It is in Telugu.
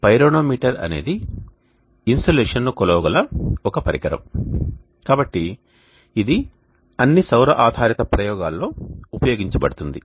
పైరోనోమీటర్ అనేది ఇన్సోలేషన్ను కొలవగల ఒక పరికరం కాబట్టి ఇది అన్ని సౌర ఆధారిత ప్రయోగాలలో ఉపయోగించబడుతుంది